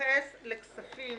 יתייחס לכספים